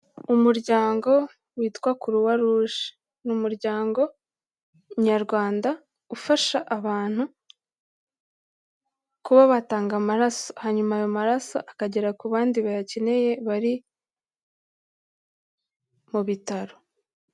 Umuryango witwa Croix rouge ni umuryango Nyarwanda ufasha abantu kuba batanga amaraso hanyuma ayo maraso akagera ku bandi bayakeneye bari mu bitaro.